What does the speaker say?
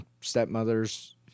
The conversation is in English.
stepmother's